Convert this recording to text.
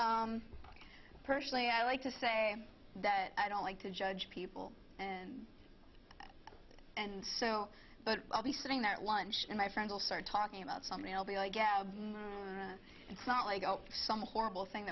me personally i like to say that i don't like to judge people and and so but i'll be sitting there at lunch and my friends will start talking about something it's not like some horrible thing